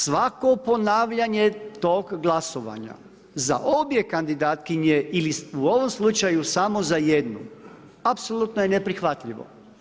Svako ponavljanje tog glasovanja za obje kandidatkinje ili u ovom slučaju samo za jednu apsolutno je neprihvatljivo.